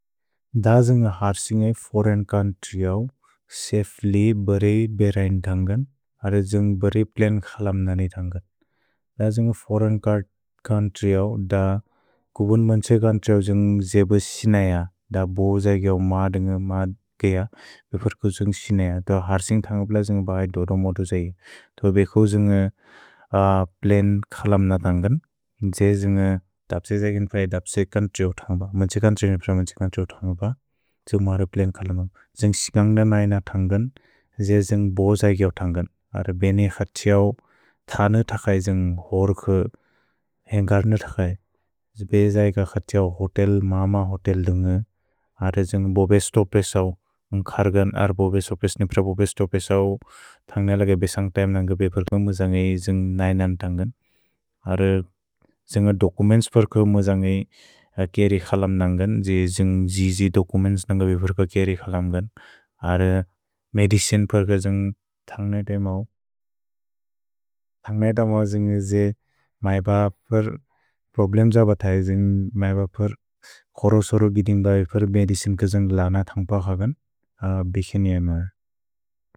अ जुन्ग् हर्सिन्ग् अए फोरेइग्न् चोउन्त्र्यौ सेफ्लि बरेय् बेरयिन् थन्गन् अरे जुन्ग् बरेय् प्लेन् खलम् ननि थन्गन्। अ जुन्ग् फोरेइग्न् चोउन्त्र्यौ द गुबुन् मन्छे चोउन्त्र्यौ जुन्ग् जेब सिनय द बोज ग्यौ माद् न्ग माद् केय, बिफुर्कु जुन्ग् सिनय। अ हर्सिन्ग् थन्गुप्ल जुन्ग् बरेय् दोदोमोदु जयिन्। अ बिफुर्कु जुन्ग् प्लेन् खलम् न थन्गन्। अ जुन्ग् तप्से जय्किन् प्रएय् तप्से चोउन्त्र्यौ थन्ग्ब। मन्छे चोउन्त्र्यौ प्रएय् मन्छे चोउन्त्र्यौ थन्ग्ब। जुन्ग् मरे प्लेन् खलम्। अ जुन्ग् सिनन्ग नन थन्गन्। अ जुन्ग् बोज ग्यौ थन्गन्। अरे बेने क्सत्यौ थनु थखै जुन्ग् होर्कु हेन्गर्नु थखै। अ बेजएय् क क्सत्यौ होतेल् मम होतेल् दुन्ग। अरे जुन्ग् बोबे स्तोपेसौ। उन्ग्खर्गन् अर् बोबे सोपेस्नि प्र बोबे स्तोपेसौ। थन्गन लगे बेसन्ग् तिमे नन्ग बिफुर्कु मु जन्गय् जुन्ग् नयनन् थन्गन्। अरे जुन्ग् दोचुमेन्त्स् पर्कु मु जन्गय् केरि खलम् नन्गन्। ए जुन्ग् जिजि दोचुमेन्त्स् नन्ग बिफुर्कु केरि खलम् न्गन्। अरे मेदिचिने पर्कु जुन्ग् थन्गन देमौ। थन्गन दमौ जुन्ग् जि मैब अपुर् प्रोब्लेम् जब थै जुन्ग् मैब अपुर् कोरु सोरु गिदिन्द अपुर् मेदिचिने किजन्ग् लन थन्ग्ब क्सगन् बिकिन् येम।